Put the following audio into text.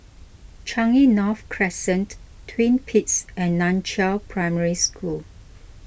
Changi North Crescent Twin Peaks and Nan Chiau Primary School